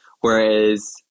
whereas